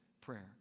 prayer